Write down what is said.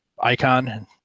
icon